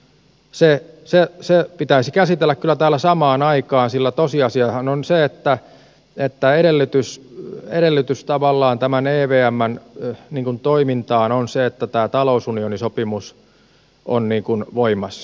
se pitäisi käsitellä kyllä täällä samaan aikaan sillä tosiasiahan on se että edellytys tavallaan tämän evmn toiminnalle on se että tämä talousunionisopimus on voimassa